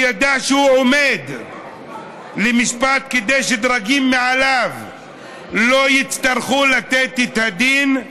שידע שהוא עומד למשפט כדי שדרגים מעליו לא יצטרכו לתת את הדין,